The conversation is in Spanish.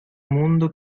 mundo